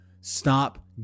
Stop